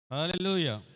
Hallelujah